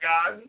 God